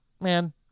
man